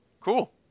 Cool